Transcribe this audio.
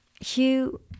Hugh